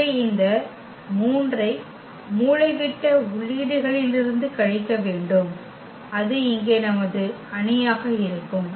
எனவே இந்த 3 ஐ மூலைவிட்ட உள்ளீடுகளிலிருந்து கழிக்க வேண்டும் அது இங்கே நமது அணியாக இருக்கும்